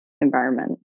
environment